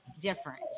different